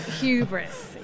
Hubris